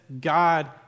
God